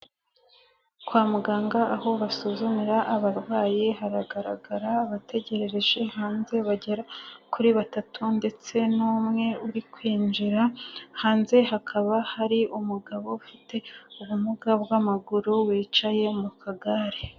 Kwa muganga aho basuzumira abarwayi haragaragara abategerereje hanze bagera kuri batatu ndetse n'umwe uri kwinjira, hanze hakaba hari umugabo ufite ubumuga bw'amaguru wicaye mu kagare.